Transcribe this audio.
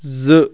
زٕ